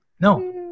no